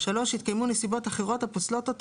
(3) התקיימו נסיבות אחרות הפוסלות אותו